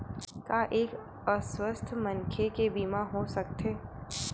का एक अस्वस्थ मनखे के बीमा हो सकथे?